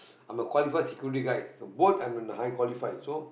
I'm a qualified security guard so both I'm in the high qualified so